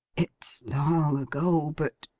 it's long ago, but